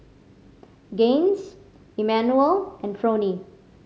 Gaines Emanuel and Fronie